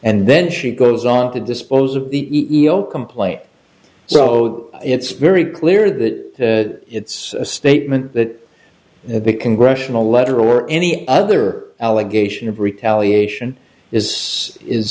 and then she goes on to dispose of the iau complaint so it's very clear that it's a statement that the congressional letter or any other allegation of retaliation is is